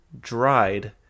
dried